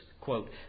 quote